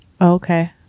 Okay